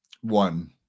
one